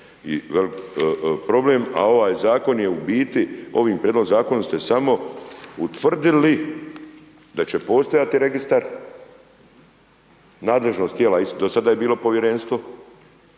i velik problem a ovaj zakon je u biti, ovim prijedlogom zakona ste samo utvrdili da će postojati registar, nadležnost tijela i do sada je bilo povjerenstvo,